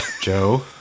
Joe